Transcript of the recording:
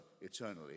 eternally